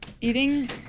Eating